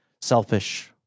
selfish